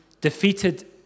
defeated